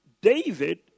David